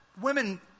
women